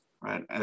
right